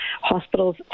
hospitals